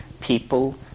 people